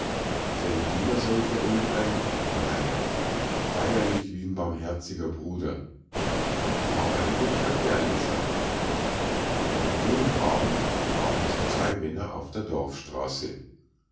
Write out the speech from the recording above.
fällt dem a solcher ulk ein nein feierlich wie n barmherziger bruder aber ein hübscher kerl is er am frühen abend trafen sich zwei männer auf der dorfstraße